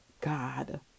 God